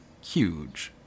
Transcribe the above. huge